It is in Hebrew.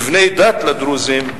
מבני דת לדרוזים,